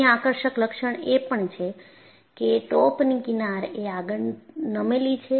અન્ય આકર્ષક લક્ષણ એ પણ છે કે ટોપની કિનારએ આગળ નમેલી છે